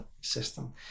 system